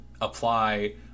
apply